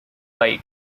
white